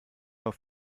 auf